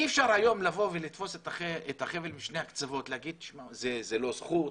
אי אפשר היום לבוא ולתפוס את החבל משני הקצוות להגיד שזה לא זכות,